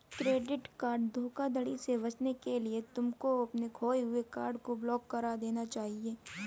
credit card धोखाधड़ी से बचने के लिए तुमको अपने खोए हुए कार्ड को ब्लॉक करा देना चाहिए